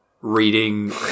reading